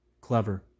Clever